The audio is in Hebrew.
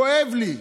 כואב לי.